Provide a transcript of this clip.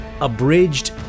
abridged